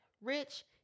rich